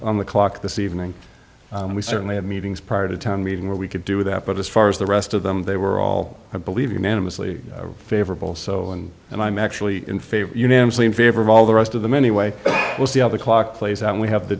on the clock this evening and we certainly have meetings prior to town meeting where we could do that but as far as the rest of them they were all i believe unanimously favorable so and and i'm actually in favor unanimously in favor of all the rest of them anyway was the other clock plays out and we have the